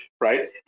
right